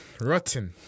Rotten